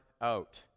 out